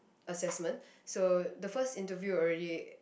assessment so the first interview already